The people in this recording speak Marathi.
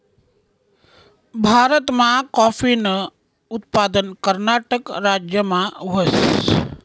भारतमा काॅफीनं उत्पादन कर्नाटक राज्यमा व्हस